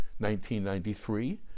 1993